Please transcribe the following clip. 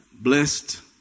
blessed